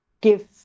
give